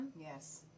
Yes